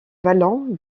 vallon